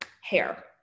hair